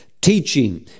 teaching